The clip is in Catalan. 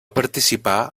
participar